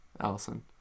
Allison